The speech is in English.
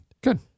Good